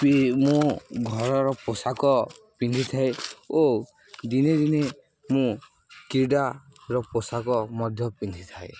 P ମୁଁ ଘରର ପୋଷାକ ପିନ୍ଧିଥାଏ ଓ ଦିନେ ଦିନେ ମୁଁ କ୍ରୀଡ଼ାର ପୋଷାକ ମଧ୍ୟ ପିନ୍ଧିଥାଏ